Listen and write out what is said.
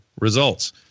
results